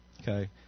okay